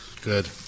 Good